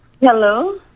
Hello